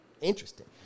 interesting